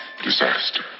Disaster